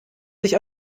sich